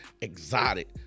exotic